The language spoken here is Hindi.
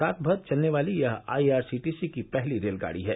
रातभर चलने वाली यह I R C T C की पहली रेलगाड़ी है